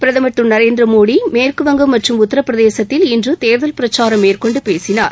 பிரதமர் திரு நரேந்திரமோடி மேற்கு வங்கம் மற்றும் உத்தரப்பிரதேசத்தில் இன்று தேர்தல் பிரச்சாரம் மேற்கொண்டு பேசினார்